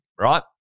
right